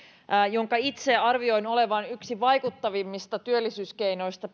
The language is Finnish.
jonka itse arvioin olevan pitkällä aikavälillä yksi vaikuttavimmista työllisyyskeinoista